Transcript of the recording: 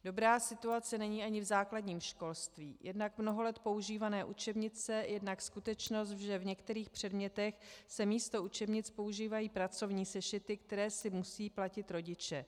Dobrá situace není ani v základním školství jednak mnoho let používané učebnice, jednak skutečnost, že v některých předmětech se místo učebnic používají pracovní sešity, které si musí platit rodiče.